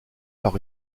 par